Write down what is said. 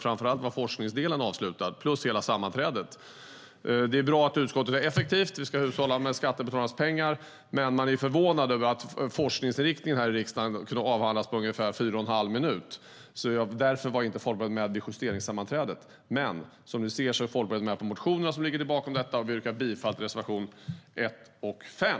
Både forskningsdelen och övriga sammanträdet var avslutat. Det är bra att utskottet är effektivt, vi ska hushålla med skattebetalarnas pengar, men jag är förvånad över att forskningsinriktningen i riksdagen kunde avhandlas på fyra och en halv minut. Det är anledningen till att Folkpartiet inte var med vid justeringssammanträdet. Som ni ser är Folkpartiet dock med på motionerna som ligger bakom betänkandet, och vi yrkar bifall till reservation 1 och 5.